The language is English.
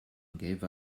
gave